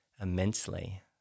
immensely